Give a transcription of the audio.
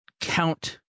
count